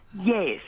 Yes